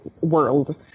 world